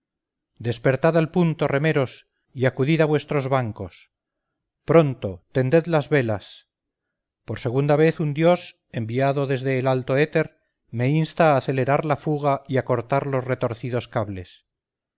despertad al punto remeros y acudid a vuestros bancos pronto tended las velas por segunda vez un dios enviado desde el alto éter me insta a acelerar la fuga y a cortar los retorcidos cables